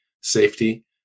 safety